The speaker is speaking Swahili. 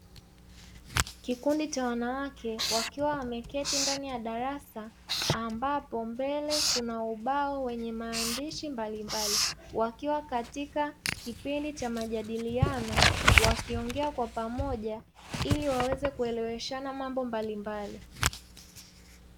Kikundi cha wanawake, wakiwa wameketi ndani ya darasa, ambapo mbele kuna ubao wenye maandishi mbalimbali. Wakiwa katika kipindi cha majadiliano, wakiongea kwa pamoja ili waweze kueleweshana mambo mbalimbali.